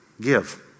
Give